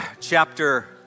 chapter